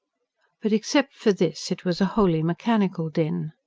but except for this it was a wholly mechanical din.